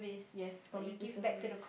yes community service